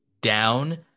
down